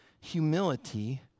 humility